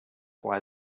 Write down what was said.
why